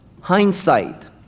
hindsight